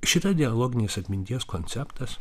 šita dialoginės atminties konceptas